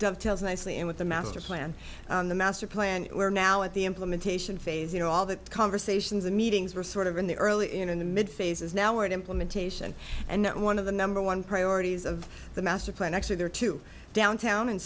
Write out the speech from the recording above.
dovetails nicely in with the master plan and the master plan we're now at the implementation phase you know all the conversations and meetings were sort of in the early and in the mid phases now we're at implementation and one of the number one priorities of the master plan actually there to downtown and